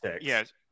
yes